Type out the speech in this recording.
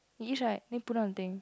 finish right then put down the thing